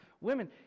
women